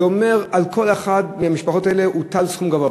כלומר על כל אחת מהמשפחות האלה הוטל סכום גבוה.